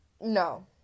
No